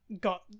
got